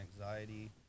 anxiety